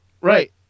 Right